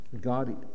God